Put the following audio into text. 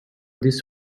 this